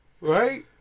right